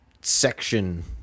section